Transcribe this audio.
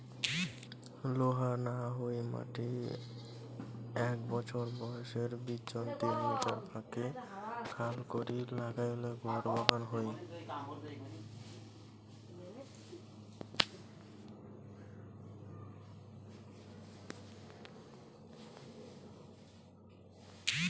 লোহা না হই মাটি এ্যাক বছর বয়সের বিচোন তিন মিটার ফাকে খাল করি নাগাইলে গুয়ার বাগান হই